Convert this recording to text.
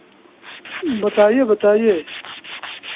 बताइए बताइए